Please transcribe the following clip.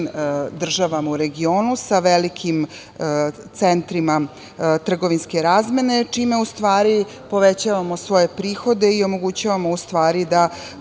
državama u regionu, sa velikim centrima trgovinske razmene čime u stvari povećavamo svoje prihode i omogućavamo u stvari da